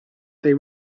they